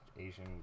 asian